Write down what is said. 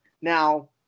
Now